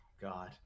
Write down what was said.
God